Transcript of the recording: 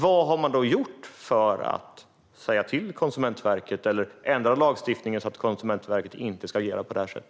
Vad har gjorts för att säga till Konsumentverket eller för att ändra lagstiftningen så att Konsumentverket inte agerar på detta sätt?